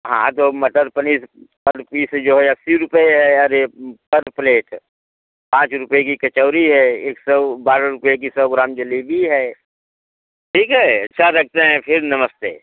हाँ तो अब मटर पनीर पर पीस जो है अस्सी रुपए है अरे पर प्लेट पाँच रुपए की कचौरी है एक सौ बारह रुपए की सौ ग्राम जलेबी है ठीक है अच्छा रखते हैं फिर नमस्ते